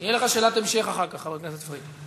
תהיה לך שאלת המשך אחר כך, חבר הכנסת פריג'.